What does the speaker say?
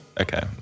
Okay